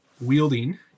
wielding